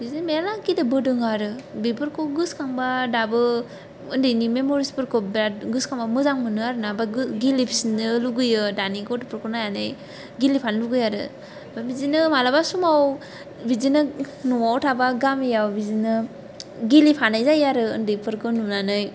बिदिनो मेल्ला गेलेबोदों आरो बेफोरखौ गोसो खांब्ला दाबो उन्दैनि मेमरिसफोरखौ बिराद गोसो खांब्ला मोजां मोनो आरो ना ओमफाय गेलेफिननो लुगैयो दानि गथ'फोरखौ नायनानै गेलेफानो लुगैयो आरो बिदिनो माब्लाबा समाव बिदिनो न'आव थाबा गामियाव बिदिनो गेलेफानाय जायो आरो उन्दैफोरखौ नुनानै